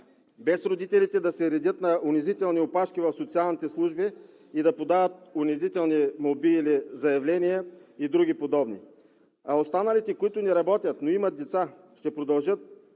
без родителите да се редят на унизителни опашки в социалните служби и да подават унизителни молби или заявления и други подобни. А останалите, които не работят, но имат деца, ще продължат